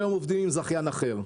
היום אנחנו עובדים עם זכיין אחר.